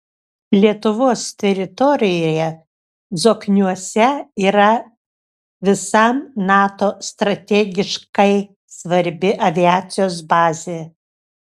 lietuvos teritorijoje zokniuose yra visam nato strategiškai svarbi aviacijos bazė